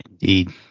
Indeed